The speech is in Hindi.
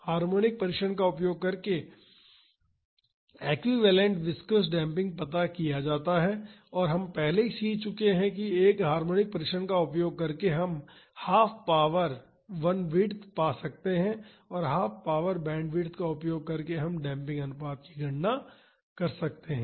तो हार्मोनिक परीक्षण का उपयोग करके एक्विवैलेन्ट विस्कॉस डेम्पिंग पता किया जाता है हम पहले ही सीख चुके हैं कि एक हार्मोनिक परीक्षण का उपयोग करके हम हाफ पावर बनविड्थ पा सकते हैं और हाफ पावर बैंडविड्थ का उपयोग करके हम डेम्पिंग अनुपात की गणना कर सकते हैं